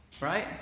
Right